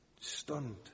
stunned